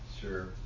Sure